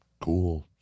cool